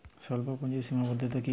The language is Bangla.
স্বল্পপুঁজির সীমাবদ্ধতা কী কী?